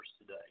today